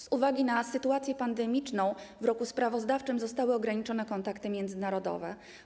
Z uwagi na sytuację pandemiczną w roku sprawozdawczym zostały ograniczone kontakty międzynarodowe.